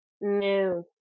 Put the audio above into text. No